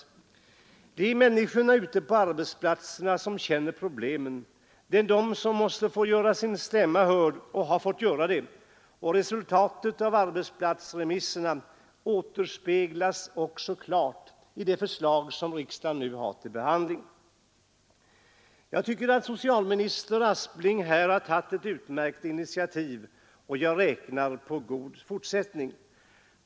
Det är människorna ute på arbetsplatserna som känner problemen, och de måste få göra sin stämma hörd. De har fått göra det, och resultatet av arbetsplatsremisserna återspeglas också klart i det förslag som riksdagen nu har till behandling. Jag tycker att socialminister Aspling här har tagit ett utmärkt initiativ, och jag räknar på god fortsättning.